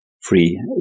Free